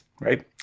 right